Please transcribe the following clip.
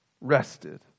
rested